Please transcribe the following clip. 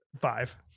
five